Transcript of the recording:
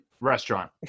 Restaurant